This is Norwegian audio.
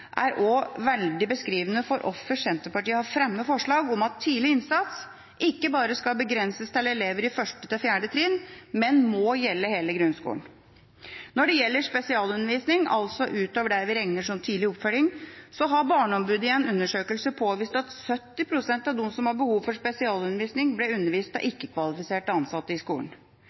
er også veldig beskrivende for hvorfor Senterpartiet har fremmet forslag om at tidlig innsats ikke bare skal begrenses til elever på 1.–4. trinn, men må gjelde i hele grunnskolen. Når det gjelder spesialundervisning utover det vi regner som tidlig oppfølging, har Barneombudet i en undersøkelse påvist at 70 pst. av dem som har behov for spesialundervisning, blir undervist av ikke-kvalifiserte ansatte i skolen.